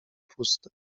puste